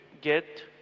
get